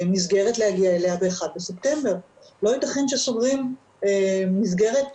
לזכיין שמפעיל את התכנית,